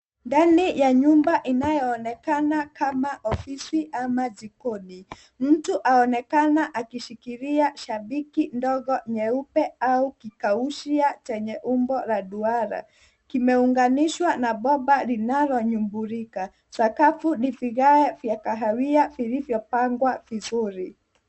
Ndani ya nyumba inayoonekana kama ofisi ama jikoni, mtu anaonekana akishikilia shabiki ndogo nyeupe au kikaushia chenye umbo la duara. Kimeunganishwa na bomba linalonyumbulika. Sakafu ina vigae vya kahawia vilivyopangwa vizuri.